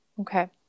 okay